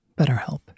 BetterHelp